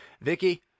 Vicky